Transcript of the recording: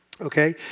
okay